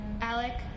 Alec